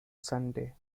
sunday